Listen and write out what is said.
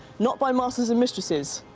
not by masters and mistresses,